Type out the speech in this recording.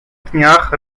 dniach